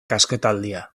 kasketaldia